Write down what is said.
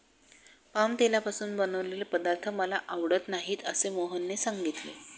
palm तेलापासून बनवलेले पदार्थ मला आवडत नाहीत असे मोहनने सांगितले